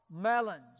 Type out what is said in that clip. melons